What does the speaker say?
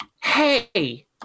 hey